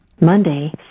Monday